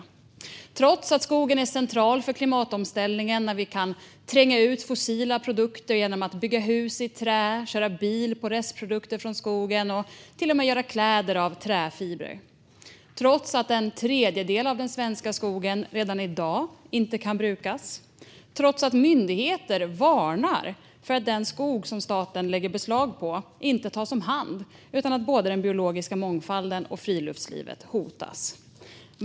Detta gör man trots att skogen är central för klimatomställningen när vi kan tränga ut fossila produkter genom att bygga hus i trä, köra bil på restprodukter från skogen och till och med göra kläder av träfibrer, trots att en tredjedel av den svenska skogen redan i dag inte kan brukas och trots att myndigheter varnar för att den skog som staten lägger beslag på inte tas om hand utan att både den biologiska mångfalden och friluftslivet hotas.